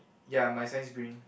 ya my sign's green